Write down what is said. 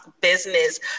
Business